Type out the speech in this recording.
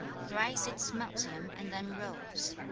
thrice it smelt him and then rose.